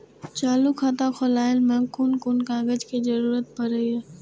चालु खाता खोलय में कोन कोन कागज के जरूरी परैय?